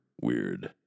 weird